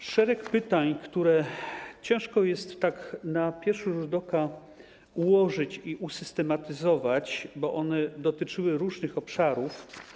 Było szereg pytań, które ciężko jest tak na pierwszy rzut oka ułożyć i usystematyzować, bo dotyczyły różnych obszarów.